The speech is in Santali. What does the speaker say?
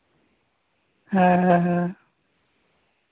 ᱦᱮᱸ ᱦᱮᱸ ᱦᱮᱸ